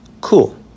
Cool